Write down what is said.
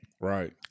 Right